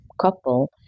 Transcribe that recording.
couple